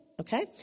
okay